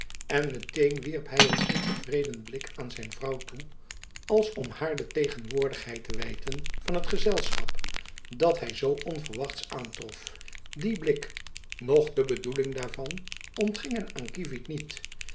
en meteen wierp hy een ontevreden blik aan zijn vrouw toe als om haar de tegenwoordigheid te wijten van het gezelschap dat hy zoo onverwachts aantrof die blik noch de bedoeling daarvan ontgingen aan kievit niet